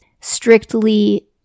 strictly